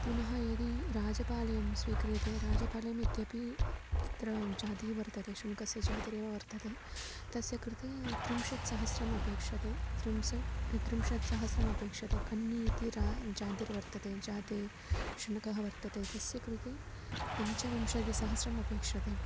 पुनः यदि राजपालयं स्वीक्रियते राजपालयम् इत्यपि तत्र जातिः वर्तते शुनकस्य जातिरेव वर्तते तस्य कृते त्रिंशत् सहस्रम् अपेक्षते त्रिंशत् त्रिंशत् सहस्रम् अपेक्षते कन्नी इति र जातिर्वतते जाते शुनकः वर्तते तस्य कृते पञ्चविंशतिसहस्रम् अपेक्षते